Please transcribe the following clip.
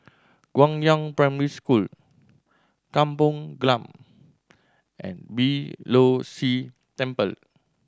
Guangyang Primary School Kampong Glam and Beeh Low See Temple